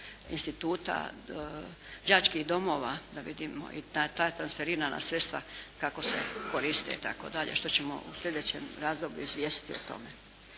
instituta, đačkih domova da vidimo i ta transferirana sredstva kako se koriste itd. što ćemo u slijedećem razdoblju izvijestiti o tome.